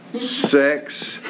sex